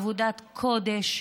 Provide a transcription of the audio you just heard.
עבודת קודש,